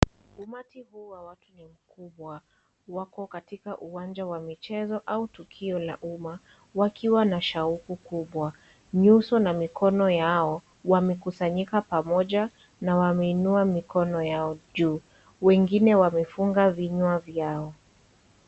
Umati huu wa watu ni mkubwa. Wako katika uwanja wa michezo au tukio la umma. Wakiwa na shahuku kubwa. Nyuso na mikono yao wamekusanyika pamoja na wameinua mikono yao, juu. wengine wamefunga vinywa vyao.